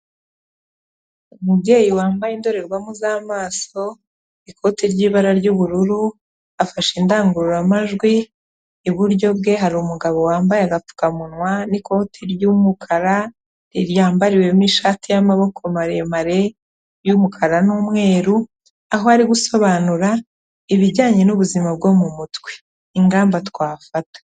Umubyeyi wambaye indorerwamo z'amaso, ikoti ry'ibara ry'ubururu, afashe indangururamajwi, iburyo bwe hari umugabo wambaye agapfukamunwa n'ikoti ry'umukara ry'ambariwemo ishati y'amaboko maremare y'umukara n'umweru, aho ari gusobanura ibijyanye n'ubuzima bwo mu mutwe, ingamba twafata.